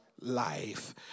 life